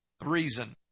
reason